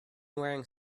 wearing